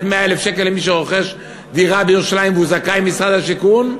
100,000 שקל למי שרוכש דירה בירושלים והוא זכאי משרד השיכון,